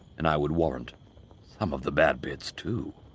and i would warrant some of the bad bits too.